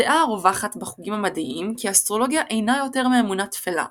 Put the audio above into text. הדעה הרווחת בחוגים המדעיים כי האסטרולוגיה אינה יותר מאמונה טפלה.